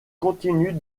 continue